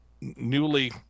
newly